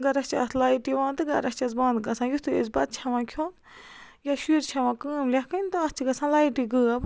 گَرا چھِ اَتھ لایِٹ یِوان تہٕ گَرَ چھَس بنٛد گژھان یُتھُے أسۍ بَتہٕ چھِ ہٮ۪وان کھیوٚن یا شُرۍ چھِ ہٮ۪وان کٲم لیٚکھٕنۍ تہٕ اَتھ چھِ گژھان لایٹی غٲب